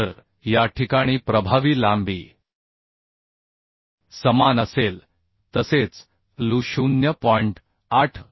तर या ठिकाणी प्रभावी लांबी समान असेल तसेच Lu 0